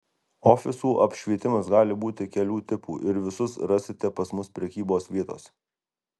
ofisų apšvietimas gali būti kelių tipų ir visus rasite pas mus prekybos vietose